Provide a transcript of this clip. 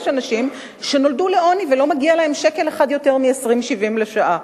יש אנשים שנולדו לעוני ולא מגיע להם שקל אחד יותר מ-20.70 לשעה.